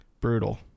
brutal